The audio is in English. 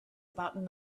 about